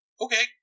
Okay